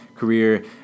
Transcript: career